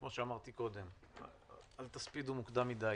כמו שאמרתי קודם, אל תספידו מוקדם מדי.